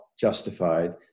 justified